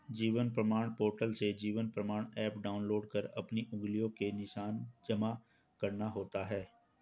जीवन प्रमाण पोर्टल से जीवन प्रमाण एप डाउनलोड कर अपनी उंगलियों के निशान जमा करना होता है